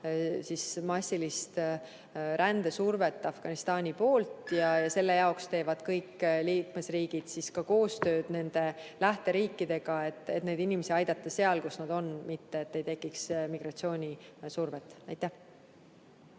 näha massilist rändesurvet Afganistani poolt. Selle jaoks teevad kõik liikmesriigid ka koostööd nende lähteriikidega, et neid inimesi aidata seal, kus nad on, et ei tekiks migratsioonisurvet. Aitäh!